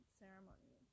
ceremony